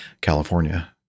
California